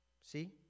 See